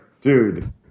dude